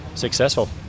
successful